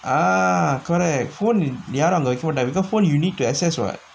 ah correct phone யாரு அங்க வைக்க மாட்டாங்க:yaaru angga vaikka maataangga because phone you need to assess [what]